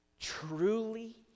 truly